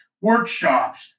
workshops